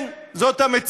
כן, זאת המציאות.